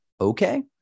okay